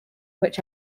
which